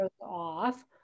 off